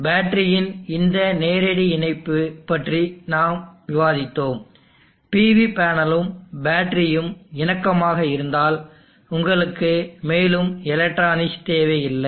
எனவே பேட்டரியின் இந்த நேரடி இணைப்பு பற்றி நாம் விவாதித்தோம் PV பேனலும் பேட்டரியும் இணக்கமாக இருந்தால் உங்களுக்கு மேலும் எலக்ட்ரானிக்ஸ் தேவையில்லை